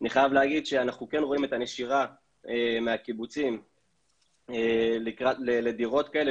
אני חייב להגיד שאנחנו כן רואים את הנשירה מהקיבוצים לדירות כאלה,